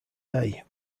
day